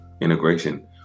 Integration